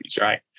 right